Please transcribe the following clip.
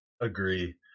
Agree